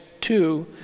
two